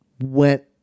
went